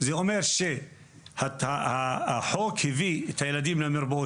זה אומר שהחוק הביא את הילדים למרפאות